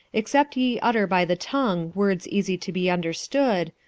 except ye utter by the tongue words easy to be understood,